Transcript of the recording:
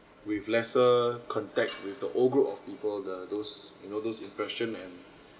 with lesser contact with the old group of people the those you know those impression and